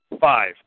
five